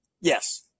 Yes